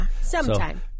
sometime